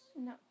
No